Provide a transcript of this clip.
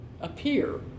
appear